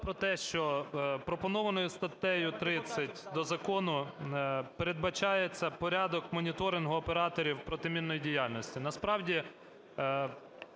про те, що пропонованою статтею 30 до закону передбачається порядок моніторингу операторів протимінної діяльності. Насправді,